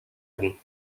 ronds